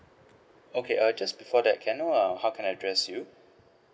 okay err just before that can I know err how can I address you